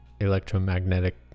electromagnetic